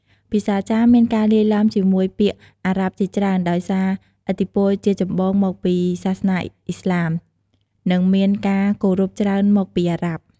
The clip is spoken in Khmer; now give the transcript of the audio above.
ភាសាចាម មានការលាយឡំជាមួយពាក្យអារ៉ាប់ជាច្រើន ដោយសារឥទ្ធិពលជាចម្បងមកពី សាសនាអ៊ីស្លាម និងមានការគោរពច្រើនមកពីអារ៉ាប់។